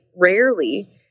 rarely